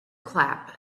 clap